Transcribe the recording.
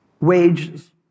Wages